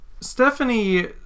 Stephanie